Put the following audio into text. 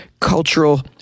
cultural